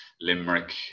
Limerick